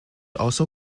also